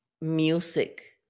music